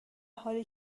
حالی